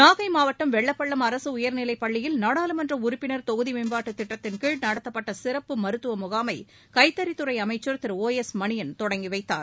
நாகை மாவட்டம் வெள்ளப்பள்ளம் அரசு உயர்நிலைப் பள்ளியில் நாடாளுமன்ற உறுப்பினர் தொகுதி மேம்பாட்டுத் திட்டத்தின் கீழ் நடத்தப்பட்ட சிறப்பு மருத்துவ முகாமை கைத்தறித்துறை அமைச்சர் திரு ஓ எஸ் மணியன் தொடங்கி வைத்தார்